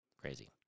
Crazy